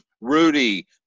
Rudy